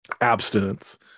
abstinence